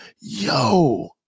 yo